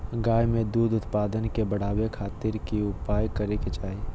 गाय में दूध उत्पादन के बढ़ावे खातिर की उपाय करें कि चाही?